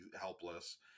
helpless